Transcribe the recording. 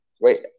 wait